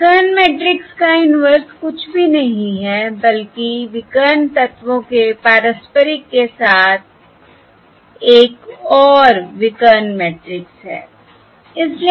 तो विकर्ण मैट्रिक्स का इनवर्स कुछ भी नहीं है बल्कि विकर्ण तत्वों के पारस्परिक के साथ एक और विकर्ण मैट्रिक्स है